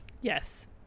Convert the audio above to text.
Yes